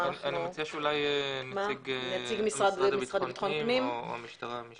אני מציע שנציג המשרד לביטחון פנים או נציג המשטרה.